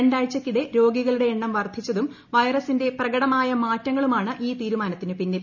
രണ്ടാഴ്ചയ്ക്കിടെ രോഗികളുടെ എണ്ണം വർധിച്ചതും വൈറസിന്റെ പ്രകടമായ മാറ്റങ്ങളുമാണ് ഈ തീരുമാനത്തിനു പിന്നിൽ